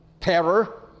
terror